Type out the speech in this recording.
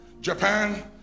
Japan